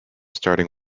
starting